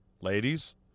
ladies